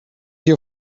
your